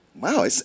wow